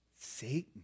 Satan